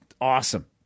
awesome